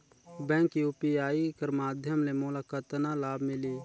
Bank UPI कर माध्यम ले मोला कतना लाभ मिली?